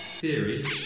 theory